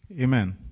Amen